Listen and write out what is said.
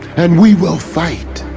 and we will fight!